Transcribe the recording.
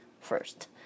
first